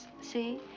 see